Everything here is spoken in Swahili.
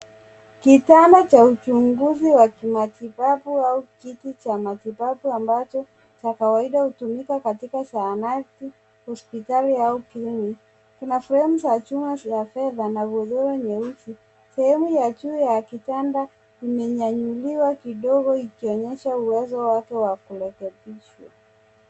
Kitanda cha uchunguzi wa kimatibabu au kiti cha matibabu ambacho kwa kawaida hutumika katika zahanati, hospitali au kliniki. Kuna fremu za chuma za fedha na bebeo nyeusi. Sehemu ya juu ya kitanda imenyanyuliwa kidogo ikionyesha uwezo wake wa kurekebishwa.